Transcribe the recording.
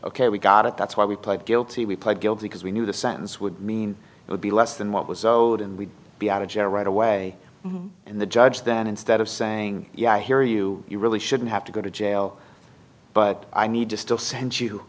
ok we got it that's why we pled guilty we pled guilty because we knew the sentence would mean it would be less than what was owed and we'd be out of jail right away and the judge then instead of saying yeah i hear you you really shouldn't have to go to jail but i need to still send you